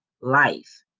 life